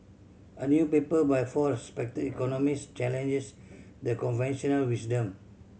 a new paper by four respected economist challenges the conventional wisdom